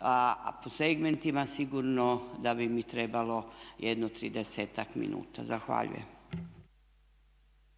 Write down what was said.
a po segmentima sigurno da bi mi trebalo jedno tridesetak minuta. Zahvaljujem.